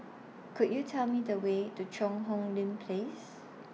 Could YOU Tell Me The Way to Cheang Hong Lim Place